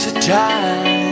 time